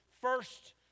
first